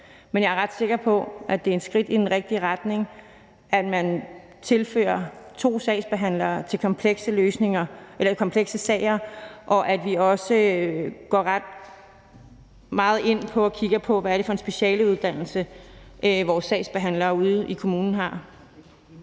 men jeg er ret sikker på, at det er et skridt i den rigtige retning, at man tilfører to sagsbehandlere i komplekse sager, og at vi også meget nøje går ind og kigger på, hvad det er for en specialuddannelse, vores sagsbehandlere ude i kommunerne har.